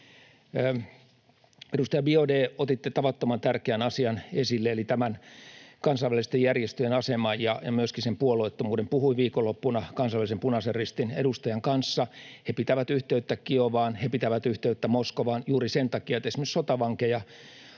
Edustaja Biaudet, otitte tavattoman tärkeän asian esille eli kansainvälisten järjestöjen aseman ja myöskin puolueettomuuden. Puhuin viikonloppuna kansainvälisen Punaisen Ristin edustajan kanssa. He pitävät yhteyttä Kiovaan, he pitävät yhteyttä Moskovaan, juuri sen takia, että esimerkiksi sotavankeja